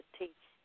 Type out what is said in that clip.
teach